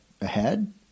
ahead